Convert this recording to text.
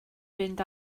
fynd